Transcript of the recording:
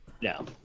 No